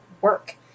work